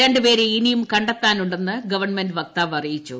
രണ്ടുപേരെ ഇനിയും കണ്ടെത്താനുണ്ടെന്ന് ഗവൺമെന്റ് വക്താവ് അറിയിച്ചു